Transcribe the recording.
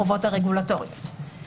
החובות הרגולטוריות.